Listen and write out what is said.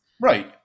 right